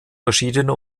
verschiedene